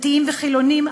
דתיים וחילונים,